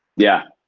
yeah.